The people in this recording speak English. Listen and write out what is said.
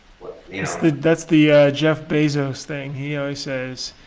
yeah, that's the that's the jeff bezos thing, he always says,